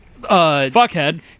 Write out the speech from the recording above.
Fuckhead